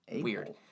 weird